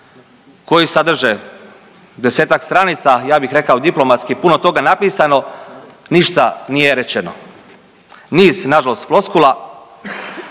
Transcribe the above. koji sadrže desetak stranica, ja bih rekao diplomatski puno toga napisano, ništa nije rečeno. Niz nažalost floskula.